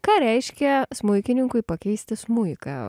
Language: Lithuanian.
ką reiškia smuikininkui pakeisti smuiką